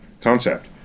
concept